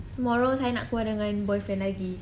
tomorrow saya nak keluar dengan boyfriend lagi